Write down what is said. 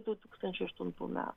du tūkstančiai aštuntų metų